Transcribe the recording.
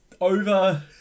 over